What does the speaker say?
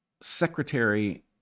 secretary